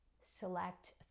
Select